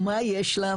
מה יש לה?